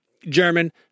German